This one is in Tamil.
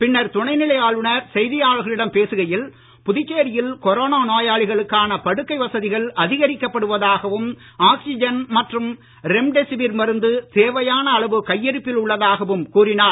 பின்னர் துணைநிலை ஆளுநர் செய்தியாளர்களிடம் பேசுகையில் புதுச்சேரியில் கொரோனா நோயாளிகளுக்கான படுக்கை வசதிகள் அதிகரிக்கப்படுவதாகவும் ஆக்சிஜன் மற்றும் ரெம்டெசிவிர் மருந்து தேவையான அளவு கையிருப்பில் உள்ளதாகவும் கூறினார்